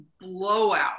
blowout